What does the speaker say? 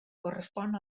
correspon